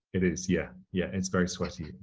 it is, yeah. yeah, it's very sweaty.